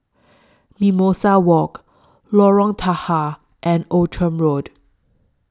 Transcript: Mimosa Walk Lorong Tahar and Outram Road